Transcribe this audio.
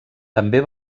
també